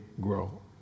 grow